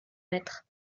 mettre